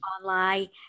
online